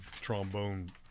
trombone